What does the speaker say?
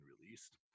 released